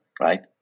right